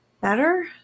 better